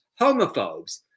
homophobes